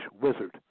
wizard